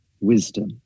wisdom